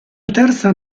terza